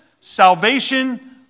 salvation